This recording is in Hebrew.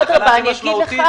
שהיא התחנה הכי משמעותית,